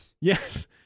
Yes